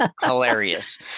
hilarious